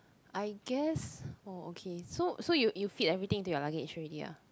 I guess oh okay so so you you fit everything into your luggage already ah